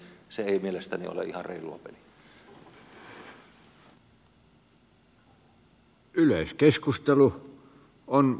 se ei mielestäni ole ihan reilua peliä